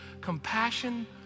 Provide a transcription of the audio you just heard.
compassion